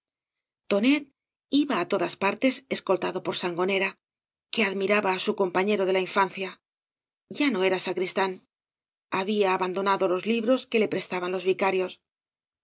iba á todas partes escoltado por sangonera que admiraba á su compañero de la infancia ya no era sacristán había abandonado los libros que le prestaban los vicarios